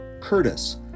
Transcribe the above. Curtis